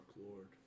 lord